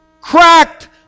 cracked